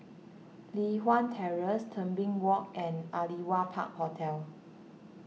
Li Hwan Terrace Tebing Walk and Aliwal Park Hotel